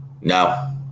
No